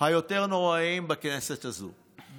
היותר-נוראיים בכנסת הזאת,